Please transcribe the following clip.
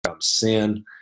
Sin